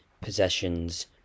Possessions